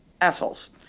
assholes